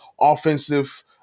offensive